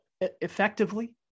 effectively